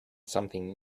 something